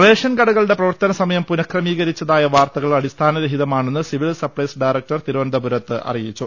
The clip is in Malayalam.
റേഷൻ കടകളുടെ പ്രവർത്തനസമയം പുനക്രമീകരിച്ചതായ വാർത്ത കൾ അടിസ്ഥാന രഹിതമാണെന്ന് സിവിൽ സപ്ലൈസ് ഡയറക്ടർ തിരുവ നന്തപുരത്ത് അറിയിച്ചു